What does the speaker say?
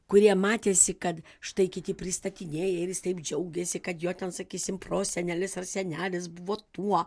kurie matėsi kad štai kiti pristatinėja ir jis taip džiaugiasi kad jo ten sakysim prosenelis ar senelis buvo tuo